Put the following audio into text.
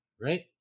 right